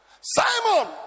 simon